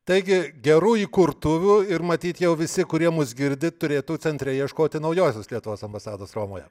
taigi gerų įkurtuvių ir matyt jau visi kurie mus girdi turėtų centre ieškoti naujosios lietuvos ambasados romoje